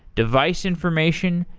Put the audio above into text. device information,